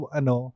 ano